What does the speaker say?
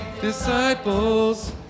disciples